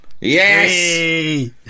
Yes